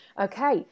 Okay